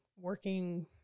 working